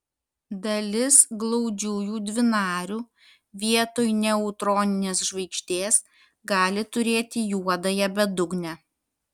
dalis glaudžiųjų dvinarių vietoj neutroninės žvaigždės gali turėti juodąją bedugnę